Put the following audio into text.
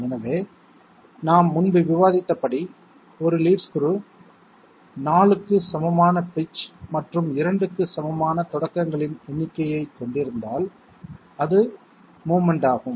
எனவே நாம் முன்பு விவாதித்தபடி ஒரு லீட் ஸ்க்ரூ 4 க்கு சமமான பிட்ச் மற்றும் 2 க்கு சமமான தொடக்கங்களின் எண்ணிக்கையைக் கொண்டிருந்தால் அது மோவ்மென்ட் ஆகும்